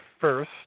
first